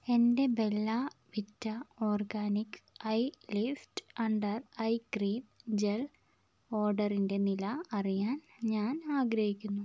എന്റെ Bella Vita organic eye lift under eye cream gel ഓർഡറിന്റെ നില അറിയാൻ ഞാൻ ആഗ്രഹിക്കുന്നു